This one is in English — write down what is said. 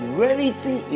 reality